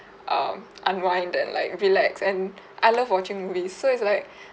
um unwind and like relax and I love watching movies so it's like